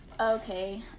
Okay